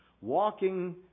Walking